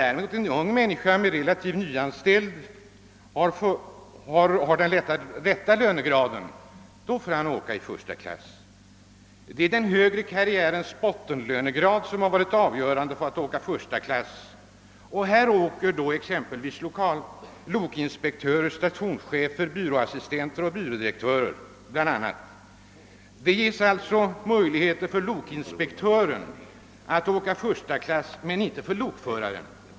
Däremot får en ung, relativt nyanställd person i den rätta lönegraden resa i första klass; det är den högre karriärens bottenlönegrad som är avgörande härvidlag. Lokinspektörer, stationschefer, byråassistenter, byrådirektörer m.fl. reser alltså i första klass. Lokinspektören har således möjligheter att resa första klass men inte lokfö raren.